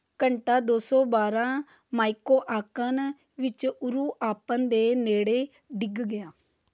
ਘੰਟਾ ਦੋ ਸੌ ਬਾਰਾਂ ਮਾਈਕੋਆਕਨ ਵਿੱਚ ਉਰੂ ਆਪਨ ਦੇ ਨੇੜੇ ਡਿੱਗ ਗਿਆ